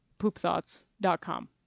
PoopThoughts.com